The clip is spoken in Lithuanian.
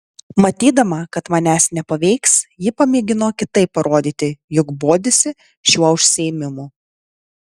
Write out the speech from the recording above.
matydama kad manęs nepaveiks ji pamėgino kitaip parodyti jog bodisi šiuo užsiėmimu